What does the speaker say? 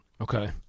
okay